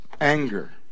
anger